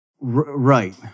Right